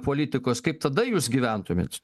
politikos kaip tada jūs gyventumėt